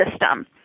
system